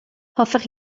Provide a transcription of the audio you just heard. hoffech